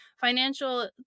financial